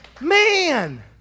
Man